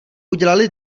udělali